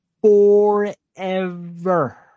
forever